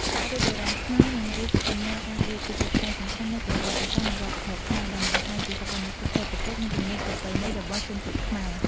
សាក់រូបបុរាណខ្មែរ និងរូបសញ្ញាការពារ គឺជាផ្នែកសំខាន់នៃប្រវត្តិសាស្ត្រ និងវប្បធម៌ខ្មែរ ដែលបង្ហាញពីសកម្មភាពសេដ្ឋកិច្ច និងជំនឿប្រពៃណីរបស់ជនជាតិខ្មែរ។